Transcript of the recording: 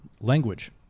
language